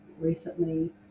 recently